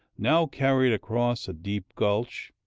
now carried across a deep gulch,